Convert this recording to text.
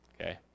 Okay